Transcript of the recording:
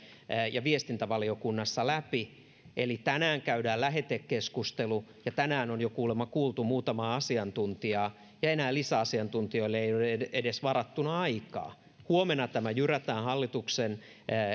ja viestintävaliokunnassa läpi eli tänään käydään lähetekeskustelu ja tänään on jo kuulemma kuultu jo muutamaa asiantuntijaa ja enää lisäasiantuntijoille ei ole edes varattuna aikaa huomenna tämä jyrätään hallituksen